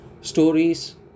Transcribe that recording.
stories